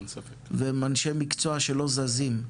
והם אנשי מקצוע שלא זזים,